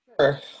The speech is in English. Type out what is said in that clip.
Sure